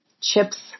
chips